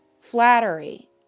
flattery